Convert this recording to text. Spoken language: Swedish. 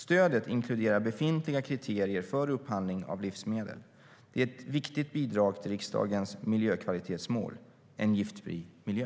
Stödet inkluderar befintliga kriterier för upphandling av livsmedel. Det är ett viktigt bidrag till riksdagens miljökvalitetsmål, Giftfri miljö.